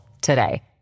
today